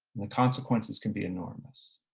the consequences can be enormous.